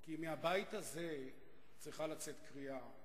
מהבית הזה צריכה לצאת קריאה.